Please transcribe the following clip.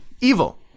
evil